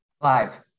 Live